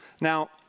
Now